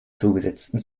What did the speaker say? zugesetzten